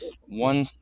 one